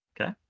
Okay